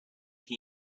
that